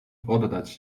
oddać